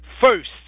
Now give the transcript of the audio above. first